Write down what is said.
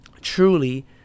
truly